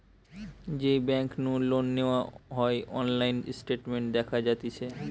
যেই বেংক নু লোন নেওয়া হয়অনলাইন স্টেটমেন্ট দেখা যাতিছে